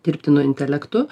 dirbtinu intelektu